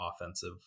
offensive